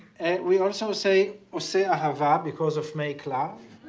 we also say oseh ahava because of make love.